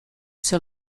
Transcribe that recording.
sur